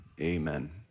amen